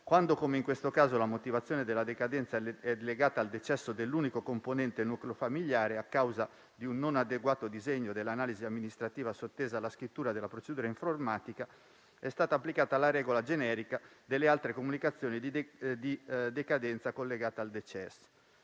Quando - come nel caso in esame - la motivazione della decadenza è legata al decesso dell'unico componente nucleo familiare, a causa di un non adeguato disegno dell'analisi amministrativa sottesa alla scrittura della procedura informatica, è stata applicata la regola generica delle altre comunicazioni di decadenza collegata al decesso.